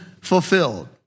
fulfilled